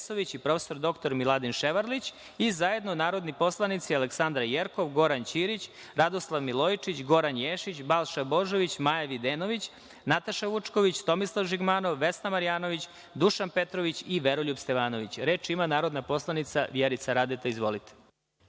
ima narodna poslanica Vjerica Radeta. Izvolite.